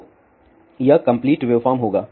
तो यह complete wave form होगा